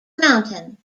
mountain